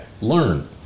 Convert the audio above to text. Learn